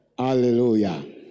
Hallelujah